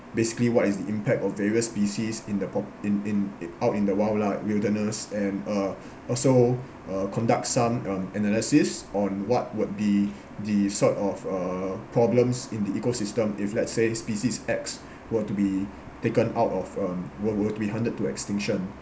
basically what is the impact of various species in the o~ in in it out in the wildlife wilderness and uh also uh conduct some um analysis on what would be the sort of uh problems in the ecosystem if let's say species X were to be taken out of um were were to be hunted to extinction